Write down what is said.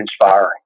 inspiring